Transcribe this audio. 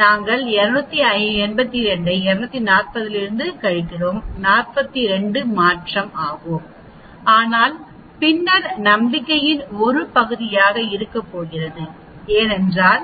நாங்கள் 282 240 என்று கூறினாலும் மாற்றம் 42 ஆகும் ஆனால் பின்னர் நம்பிக்கையின் ஒரு பகுதியாக இருக்கப் போகிறது ஏனென்றால்